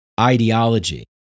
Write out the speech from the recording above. ideology